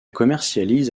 commercialise